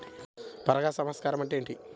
పరాగ సంపర్కం అంటే ఏమిటి?